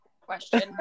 question